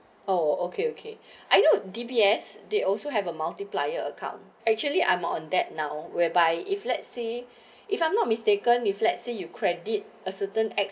oh okay okay I know D_B_S they also have a multiplier account actually I'm on that now whereby if let's say if I'm not mistaken if let say you credit a certain acts